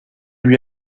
lui